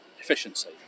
efficiency